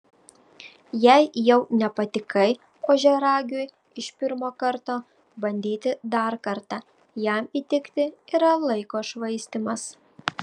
jei jau nepatikai ožiaragiui iš pirmo karto bandyti dar kartą jam įtikti yra laiko švaistymas